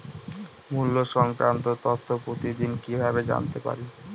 মুল্য সংক্রান্ত তথ্য প্রতিদিন কিভাবে জানতে পারি?